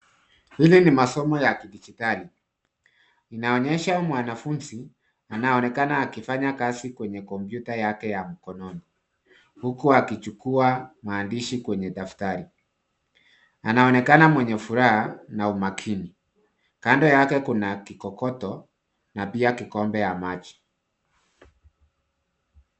Hili ni masomo ya kidijitali. Inaonyesha mwanafunzi anaonekana akifanya kazi kwenye kompyuta yake ya mkononi huku akichukua maandishi kwenye daftari. Anaonekana mwenye furaha na umakini. Kando yake kuna kikokoto na pia kikombe ya maji.